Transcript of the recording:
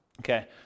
Okay